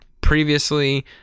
previously